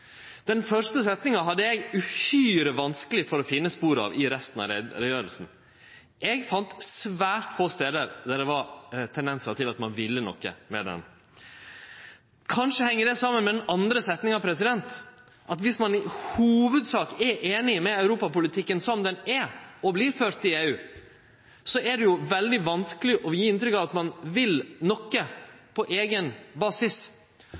Den første setninga hadde eg uhyre vanskeleg for å finne spor av i resten av utgreiinga. Eg fann svært få stader der det var tendensar til at ein ville noko med ho. Kanskje heng det saman med den andre setninga, at dersom ein i hovudsak er einig i europapolitikken som han er og vert ført i EU, så er det jo veldig vanskeleg å gje inntrykk av at ein vil noko på eigen basis.